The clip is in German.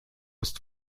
ist